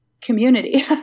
community